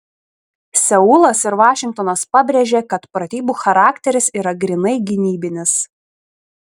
seulas ir vašingtonas pabrėžė kad pratybų charakteris yra grynai gynybinis